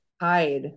hide